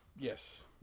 Yes